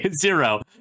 Zero